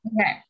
Okay